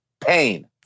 pain